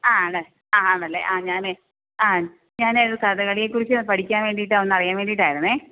അ അതെ ആണല്ലേ അ ഞാൻ ആ ഞാൻ ഒരു കഥകളിയെക്കുറിച്ച് പഠിക്കാൻ വേണ്ടിയിട്ട് ഒന്ന് അറിയാൻ വേണ്ടിയിട്ട് ആയിരുന്നു